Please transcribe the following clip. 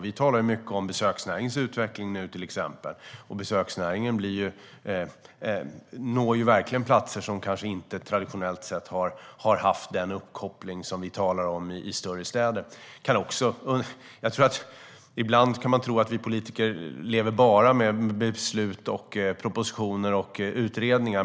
Vi talar nu mycket om besöksnäringens utveckling - till exempel. Besöksnäringen når verkligen platser som kanske inte traditionellt sett har haft den uppkoppling som vi talar om i större städer. Ibland kan man tro att vi politiker bara lever med beslut, propositioner och utredningar.